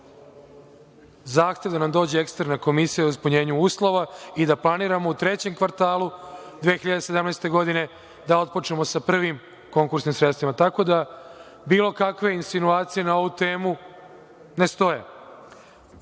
zahtev da nam dođe eksterna komisija za ispunjenje uslova i da planiramo u trećem kvartalu 2017. godine da otpočnemo sa prvim konkursnim sredstvima. Tako da, bilo kakve insinuacije na ovu temu ne stoje. Što